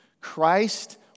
Christ